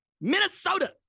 Minnesota